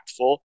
impactful